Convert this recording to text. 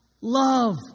Love